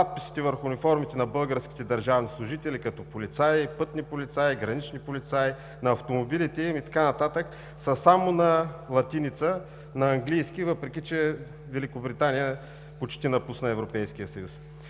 надписите върху униформите на българските държавни служители, като полицаи, пътни полицаи, гранични полицаи, на автомобилите им и така нататък, са само на латиница, на английски, въпреки че Великобритания почти напусна Европейския съюз.